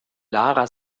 lara